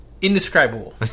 indescribable